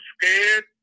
scared